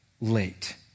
late